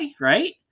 right